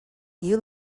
you